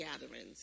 gatherings